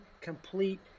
complete